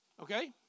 Okay